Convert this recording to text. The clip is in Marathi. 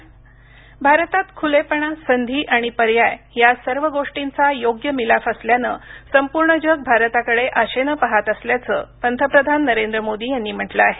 पंतप्रधान भारतात खुलेपणा संधी आणि पर्याय या सर्व गोष्टींचा योग्य मिलाफ असल्यानं संपूर्ण जग भारताकडे आशेनं पाहात असल्याचं पंतप्रधान नरेंद्र मोदी यांनी म्हटलं आहे